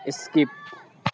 skip